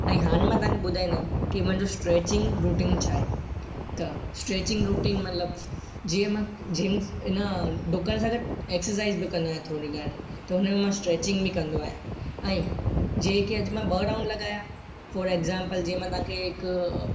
ऐं हाणे मां तव्हांखे ॿुधाईंदुमि की मुंहिंजो स्ट्रैचिंग रूटीन छा आहे त स्ट्रैचिंग रूटीन मतिलबु जीअं मां जिंस इन डुकण सां गॾु एक्सरसाइज बि कंदो आहियां थोरी घणी पोइ उन में मां स्ट्रैचिंग बि कंदो आहियां ऐं जेके अॼु मां ॿ राउंड लगाया फोर एग्जांपल जीअं मां तव्हांखे हिकु